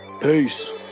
peace